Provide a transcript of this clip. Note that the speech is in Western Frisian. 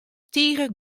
tige